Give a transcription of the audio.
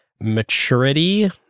maturity